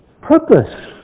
purpose